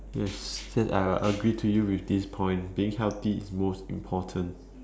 yes that I will agree to you with this point being healthy is most important